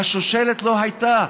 השושלת לא הייתה,